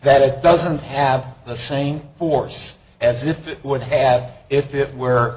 that it doesn't have the same force as if it would have if it were